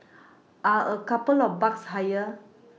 are a couple of bucks higher